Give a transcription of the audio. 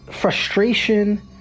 frustration